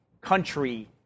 country